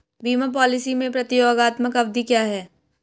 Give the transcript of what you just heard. बीमा पॉलिसी में प्रतियोगात्मक अवधि क्या है?